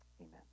amen